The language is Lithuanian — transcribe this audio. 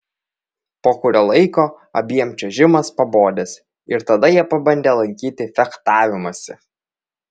po kurio laiko abiem čiuožimas pabodęs ir tada jie pabandę lankyti fechtavimąsi